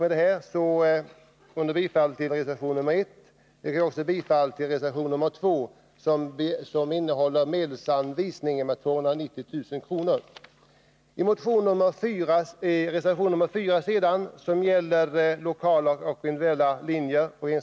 Under förutsättning av bifall till reservation nr 1 yrkar jag också bifall till reservation nr 2, som gäller en ökning av medelsanvisningen under anslaget Utbildning för undervisningsyrken. Ökningen skulle uppgå till 290 000 kr.